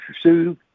Sue